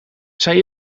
zij